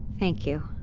thank you